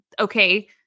Okay